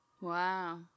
Wow